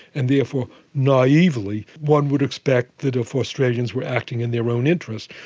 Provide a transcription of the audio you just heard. and therefore, naively, one would expect that if australians were acting in their own interest,